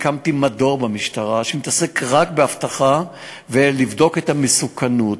הקמתי מדור במשטרה שמתעסק רק באבטחה ובדיקת המסוכנות.